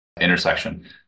intersection